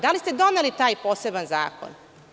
Da li ste doneli taj poseban zakon?